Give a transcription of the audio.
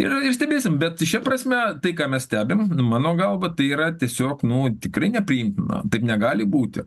ir ir stebėsim bet šia prasme tai ką mes stebim mano galva tai yra tiesiog nu tikrai nepriimtina taip negali būti